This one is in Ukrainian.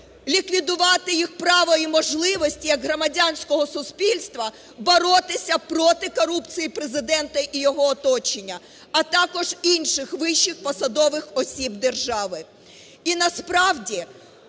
ліквідувати їх право і можливості як громадянського суспільства боротися проти корупції Президента і його оточення, а також інших вищих посадових осіб держави.